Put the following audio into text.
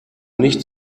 nicht